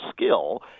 skill